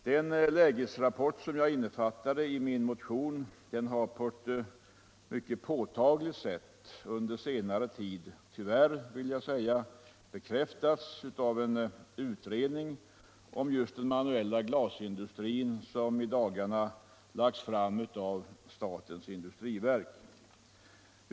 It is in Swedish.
Den lägesrapport som jag innefattade i min motion har på ett mycket påtagligt sätt under senare tid tyvärr bekräftats av en utredning om just den manuella glasindustrin, som i dagarna lagts fram av statens indu striverk.